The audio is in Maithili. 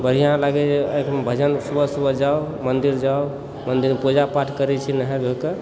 बढ़िआँ लागैए भजन सुबह सुबह जाउ मन्दिर जाउ मन्दिरमे पूजा पाठ करै छी नहा धोके